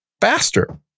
faster